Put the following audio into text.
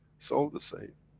so the same.